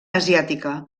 asiàtica